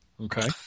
Okay